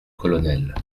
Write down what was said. colonel